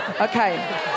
Okay